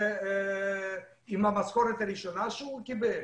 או עם המשכורת הראשונה שהוא מקבל?